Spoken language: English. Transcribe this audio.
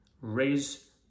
raise